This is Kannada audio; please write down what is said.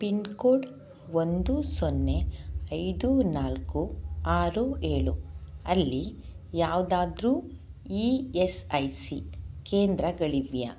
ಪಿನ್ ಕೋಡ್ ಒಂದು ಸೊನ್ನೆ ಐದು ನಾಲ್ಕು ಆರು ಏಳು ಅಲ್ಲಿ ಯಾವುದಾದ್ರು ಈ ಎಸ್ ಐ ಸಿ ಕೇಂದ್ರಗಳಿವೆಯಾ